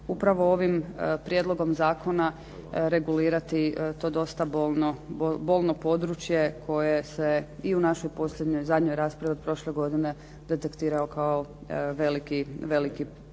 upravo ovim prijedlogom zakona regulirati to dosta bolno područje koje se i u našoj posljednjoj, zadnjoj raspravi od prošle godine detektiralo kao veliki problem.